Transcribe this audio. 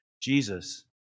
Jesus